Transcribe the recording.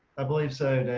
i believe so.